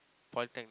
polytechnic